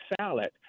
salad